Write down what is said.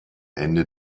ende